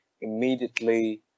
immediately